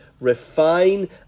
refine